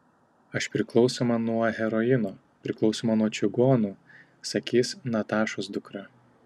aš priklausoma nuo heroino priklausoma nuo čigonų sakys natašos dukra